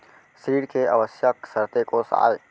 ऋण के आवश्यक शर्तें कोस आय?